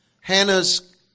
Hannah's